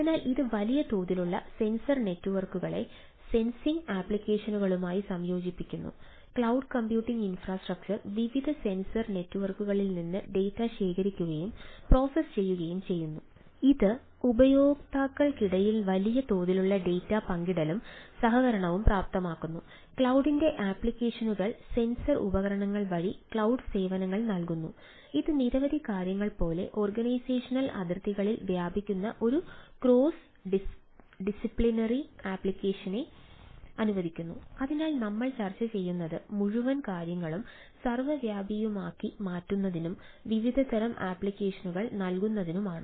അതിനാൽ ഇത് വലിയ തോതിലുള്ള സെൻസർ നെറ്റ്വർക്കുകളെ നൽകുന്നതിനുമാണ്